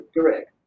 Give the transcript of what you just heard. correct